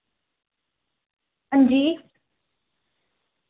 हां जी